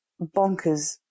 bonkers